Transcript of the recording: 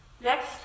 Next